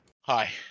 Hi